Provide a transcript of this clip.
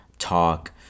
Talk